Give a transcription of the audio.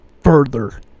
further